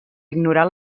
ignorar